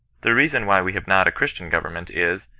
the reason why we have not a christian govefnment is,